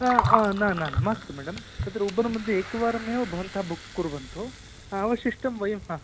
न न न मास्तु मेडं तत्र उबर् मध्ये एकवारमेव भवन्तः बुक् कुर्वन्तु अवशिष्टं वयं हा